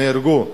נהרגו.